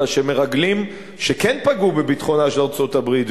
אלא שמרגלים שכן פגעו בביטחונה של ארצות-הברית,